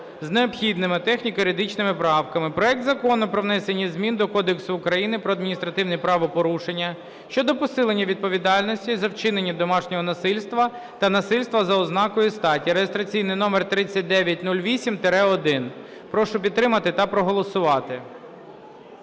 з необхідними техніко юридичними правками проект Закону про внесення змін Кодексу України про адміністративні правопорушення щодо посилення відповідальності за вчинення домашнього насильства та насильства за ознакою статі (реєстраційний номер 3908-1). Прошу підтримати та проголосувати